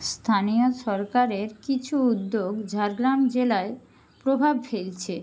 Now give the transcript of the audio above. স্থানীয় সরকারের কিছু উদ্যোগ ঝাড়গ্রাম জেলায় প্রভাব ফেলছে